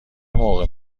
موقع